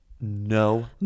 no